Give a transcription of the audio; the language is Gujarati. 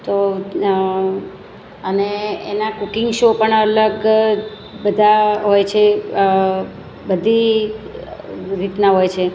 તો અને એના કૂકિંગ શો પણ અલગ બધા હોય છે બધી રીતના હોય છે